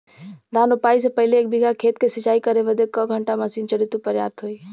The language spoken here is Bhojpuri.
धान रोपाई से पहिले एक बिघा खेत के सिंचाई करे बदे क घंटा मशीन चली तू पर्याप्त होई?